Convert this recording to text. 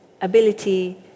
ability